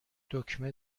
دکمه